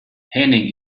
henning